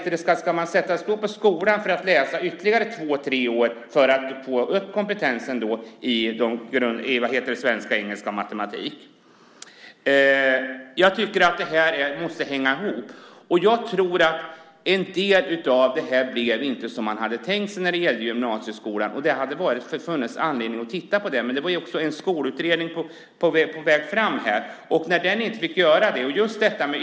Ska man sättas på skolan för att läsa ytterligare två eller tre år för att få kompetensen i svenska, engelska och matematik? Jag tycker att det måste hänga ihop. Jag tror att en del inte blev så som det var tänkt i gymnasieskolan. Det hade funnits anledning att titta på det, och det var en skolutredning på väg, men den fick inte fortsätta.